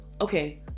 Okay